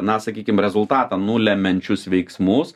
na sakykim rezultatą nulemiančius veiksmus